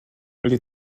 les